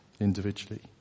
Individually